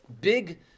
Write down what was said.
big